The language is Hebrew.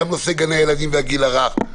נושא גני הילדים והגיל הרך,